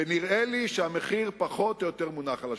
ונראה לי שהמחיר פחות או יותר מונח על השולחן.